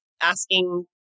asking